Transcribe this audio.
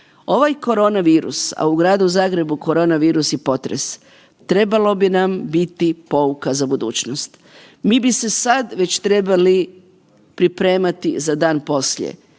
Ovaj koronavirus, a u Gradu Zagrebu koronavirus i potres, trebalo bi nam biti pouka za budućnost. Mi bi se sad već trebali pripremati za dan poslije,